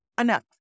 enough